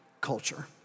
culture